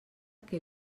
que